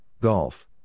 Golf